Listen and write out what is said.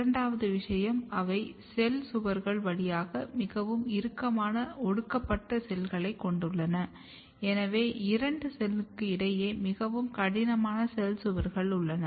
இரண்டாவது விஷயம் அவை செல் சுவர்கள் வழியாக மிகவும் இறுக்கமாக ஒட்டப்பட்ட செல்களைக் கொண்டுள்ளன எனவே இரண்டு செல்களுக்கு இடையில் மிகவும் கடினமான செல் சுவர்கள் உள்ளன